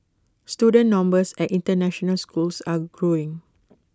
student numbers at International schools are growing